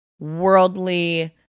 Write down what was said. worldly